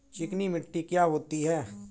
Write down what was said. चिकनी मिट्टी क्या होती है?